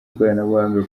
y’ikoranabuhanga